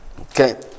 Okay